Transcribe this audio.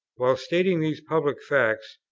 while stating these public facts,